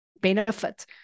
benefit